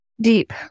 Deep